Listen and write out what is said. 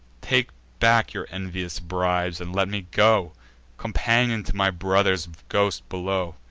take back your envious bribes, and let me go companion to my brother's ghost below!